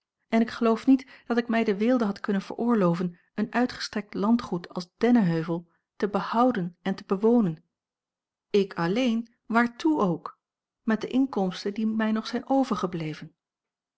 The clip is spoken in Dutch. en ik geloof niet dat ik mij de weelde had kunnen veroorloven een uitgestrekt landgoed als dennenheuvel te behouden en te bewonen ik alleen waartoe ook met de inkomsten die mij nog zijn overgebleven